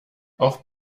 auch